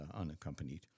unaccompanied